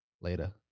Later